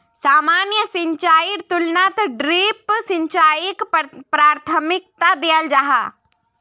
सामान्य सिंचाईर तुलनात ड्रिप सिंचाईक प्राथमिकता दियाल जाहा